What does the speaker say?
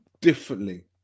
differently